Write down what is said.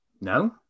No